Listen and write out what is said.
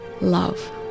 Love